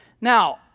Now